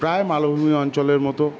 প্রায় মালভূমি অঞ্চলের মতো